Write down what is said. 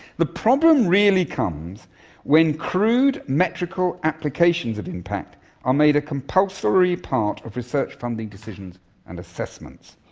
the problem really comes when crude metrical applications of impact are made a compulsory part of research funding decisions and assessments.